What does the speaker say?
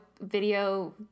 video